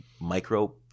micro